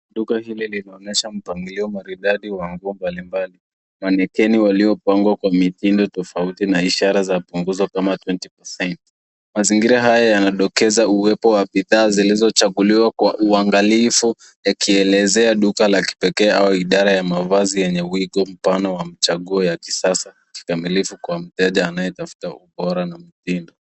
Duka hili linaonyesha mpangilio maridadi wa nguo mbalimbali. Manekeni waliopangwa kwa mitindo tofauti na ishara ya punguzo kama twenty percent .Mazingira haya yanadokeza uwepo wa bidhaa zilizochaguliwa kwa uangalifu yakielezea duka la kipekee au idara ya mavazi yenye wigo mpana wa mchaguo wa kisasa kikamilifu kwa mteja anayetafuta ubora na mtindo.